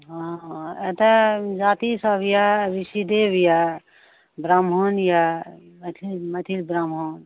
हँ एतऽ जाति सभ यऽ विषिदेव यऽ ब्राह्मण यऽ मैथिल ब्राह्मण